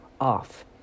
off